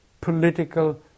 political